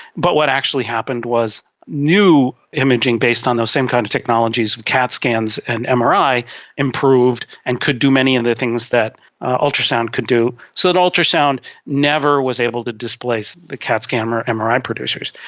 but what actually happened was new imaging based on those same kind of technologies of cat scans and mri improved and could do many of the things that ultrasound could do, so that ultrasound never was able to displace the cat scan or and mri producers.